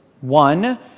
one